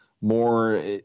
more